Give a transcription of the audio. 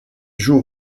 joue